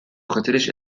خاطرش